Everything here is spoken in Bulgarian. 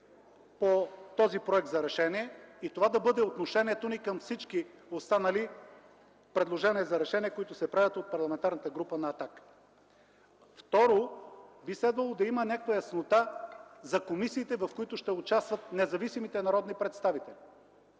по този проект за решение и това да бъде отношението ни към всички останали предложения за решения, които се правят от Парламентарната група на „Атака”. Второ, би следвало да има някаква яснота за комисиите, в които ще участват независимите народни представители